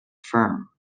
firm